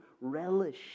relish